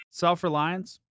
self-reliance